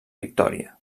victòria